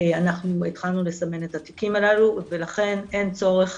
אנחנו התחלנו לסמן את התיקים הללו ולכן אין צורך